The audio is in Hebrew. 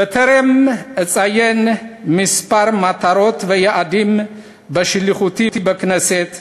בטרם אציין כמה מטרות ויעדים בשליחותי בכנסת,